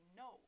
no